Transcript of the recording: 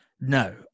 no